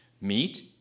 meat